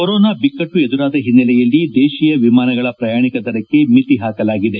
corona ಬಿಕ್ಕಟ್ಟು ಎದುರಾದ ಹಿನ್ನೆಲೆಯಲ್ಲಿ ದೇಶೀಯ ವಿಮಾನಗಳ ಪ್ರಯಾಣಿಕ ದರಕ್ಕೆ ಮಿತಿ ಹಾಕಲಾಗಿದೆ